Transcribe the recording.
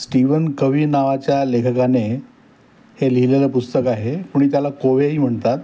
Steven Covey नावाच्या लेखकाने हे लिहिलेलं पुस्तक आहे कोणी त्याला कोवेही म्हणतात